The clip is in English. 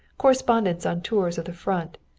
correspondents on tours of the front,